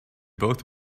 both